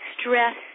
stress